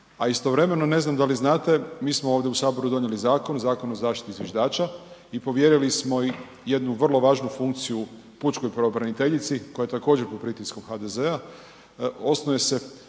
A istovremeno ne znam da li znate, mi smo ovdje u Sabor donijeli zakon, Zakon o zaštiti zviždača i povjerili smo im vrlo važnu funkciju pučkoj pravobraniteljici koja je također pod pritiskom HDZ-a osnuje se